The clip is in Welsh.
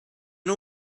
nhw